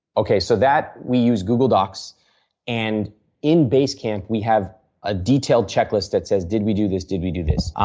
okay, so that we use google docs and in basecamp we have ah detailed checklist that says, did we do this? did we do this?